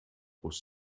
aus